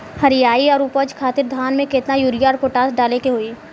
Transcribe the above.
हरियाली और उपज खातिर धान में केतना यूरिया और पोटाश डाले के होई?